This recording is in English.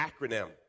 acronym